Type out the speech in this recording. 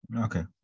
Okay